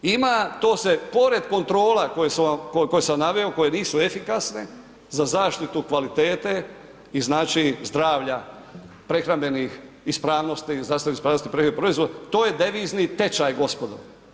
Ima, to se pored kontrola koje sam naveo, koje nisu efikasne za zaštitu kvalitete i znači zdravlja prehrambenih ispravnosti, zdravstvene ispravnosti prehrambenih proizvoda, to je devizni tečaj, gospodo.